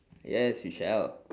yes we shall